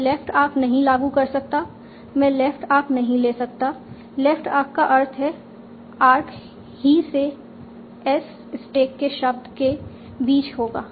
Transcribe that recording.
मैं left arc नहीं लागू कर सकता मैं लेफ्ट आर्क नहीं ले सकता लेफ्ट आर्क का अर्थ है आर्क ही से एस स्टैक के शब्द के बीच होगा